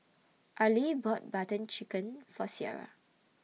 Arly bought Butter Chicken For Ciara